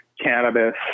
cannabis